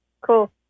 cool